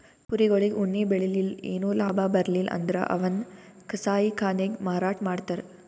ಕುರಿಗೊಳಿಗ್ ಉಣ್ಣಿ ಬೆಳಿಲಿಲ್ಲ್ ಏನು ಲಾಭ ಬರ್ಲಿಲ್ಲ್ ಅಂದ್ರ ಅವನ್ನ್ ಕಸಾಯಿಖಾನೆಗ್ ಮಾರಾಟ್ ಮಾಡ್ತರ್